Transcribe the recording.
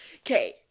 Okay